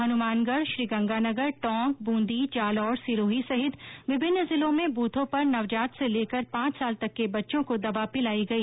हनुमानगढ श्रीगंगानगर टोंक ब्रंदी जालोर सिरोही सहित विभिन्न जिलों में ब्रथों पर नवजात से लेकर पांच साल तक के बच्चों को दवा पिलाई गई